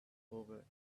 over